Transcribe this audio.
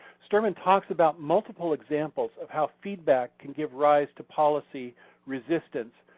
sterman talks about multiple examples of how feedback can give rise to policy resistance,